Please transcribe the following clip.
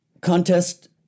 contest